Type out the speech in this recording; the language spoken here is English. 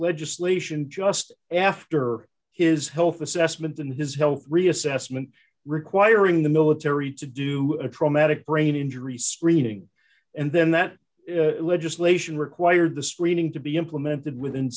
legislation just after his health assessment in his health reassessment requiring the military to do a traumatic brain injury screening and then that legislation required the screening to be implemented within